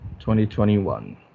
2021